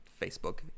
Facebook